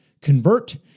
convert